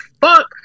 fuck